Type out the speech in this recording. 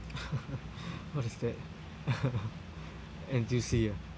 what is that N_T_U_C ah